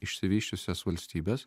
išsivysčiusias valstybes